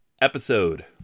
episode